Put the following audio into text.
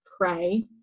pray